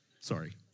Sorry